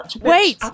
wait